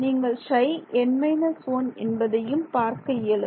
நீங்கள் Ψn−1 என்பதையும் பார்க்க இயலும்